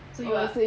oh uh